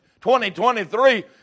2023